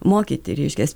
mokyti reiškias